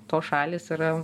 tos šalys yra